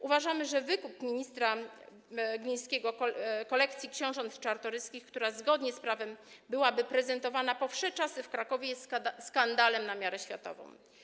Uważamy, że wykupienie przez ministra Glińskiego kolekcji książąt Czartoryskich, która zgodnie z prawem byłaby prezentowana po wsze czasy w Krakowie, jest skandalem na miarę światową.